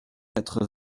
quatre